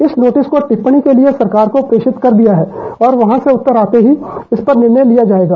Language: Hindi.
इस नोटिस को टिप्पणी के लिए सरकार को प्रेषित कर दिया है और वहां से उत्तर आते ही इस पर निर्णय लिया जाएगा